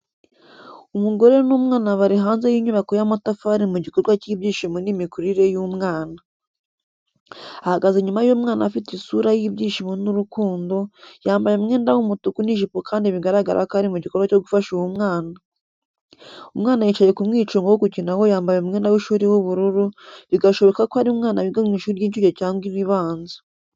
Umugore n’umwana bari hanze y’inyubako y’amatafari mu gikorwa cy’ibyishimo n’imikurire y’umwana. Ahagaze inyuma y’umwana afite isura y’ibyishimo n’urukundo, yambaye umwenda w'umutuku n'ijipo kandi biragaragara ko ari mu gikorwa cyo gufasha uwo mwana. Umwana yicaye ku mwicungo wo gukiniraho yambaye umwenda w’ishuri w’ubururu, bigashoboka ko ari umwana wiga mu ishuri ry’inshuke cyangwa iribanza.